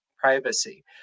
privacy